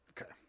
Okay